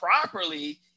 properly